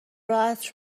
عطر